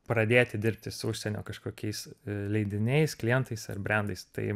pradėti dirbti su užsienio kažkokiais leidiniais klientais ar brendais tai